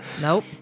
Nope